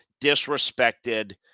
disrespected